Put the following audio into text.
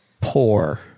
poor